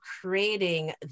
creating